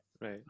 Right